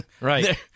right